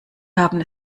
haben